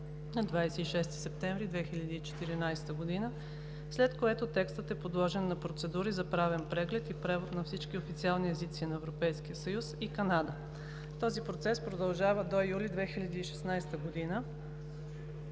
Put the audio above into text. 26 септември 2014 г., след което текстът е подложен на процедури за правен преглед и превод на всички официални езици на Европейския съюз и Канада. Този процес продължава до юли 2016 г.,